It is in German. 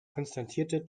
konstatierte